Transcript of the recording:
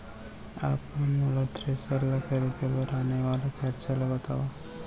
आप मन मोला थ्रेसर ल खरीदे बर आने वाला खरचा ल बतावव?